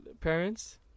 parents